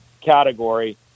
category